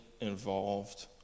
involved